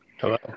hello